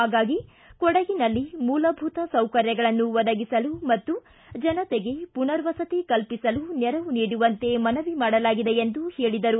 ಪಾಗಾಗಿ ಕೊಡಗಿನಲ್ಲಿ ಮೂಲಭೂತ ಸೌಕರ್ಯಗಳನ್ನು ಒದಗಿಸಲು ಮತ್ತು ಜನತೆಗೆ ಪುನರ್ವಸತಿ ಕಲ್ಪಿಸಲು ನೆರವು ನೀಡುವಂತೆ ಮನವಿ ಮಾಡಲಾಗಿದೆ ಎಂದು ಹೇಳಿದರು